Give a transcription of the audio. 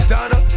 Donna